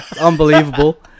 Unbelievable